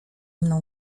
mną